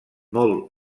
molt